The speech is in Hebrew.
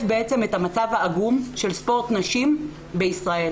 את המצב העגום של ספורט נשים בישראל.